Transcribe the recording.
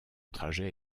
trajet